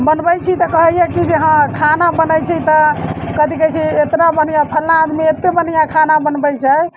बनबैत छी तऽ कहैया कि हँ खाना बनैत छै तऽ कथि कहैत छै इतना बढ़िआँ फलना आदमी इतना बढ़िआँ खाना बनबैत छै